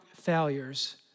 failures